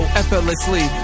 effortlessly